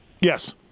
Yes